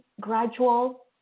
gradual